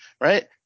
right